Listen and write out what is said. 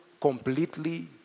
completely